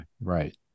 Right